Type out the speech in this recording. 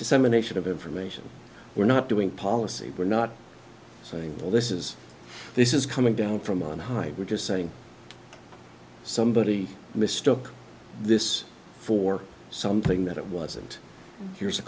dissemination of information we're not doing policy we're not saying well this is this is coming down from on high we're just saying somebody mistook this for something that wasn't here's a